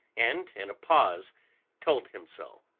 and in a pause told him so.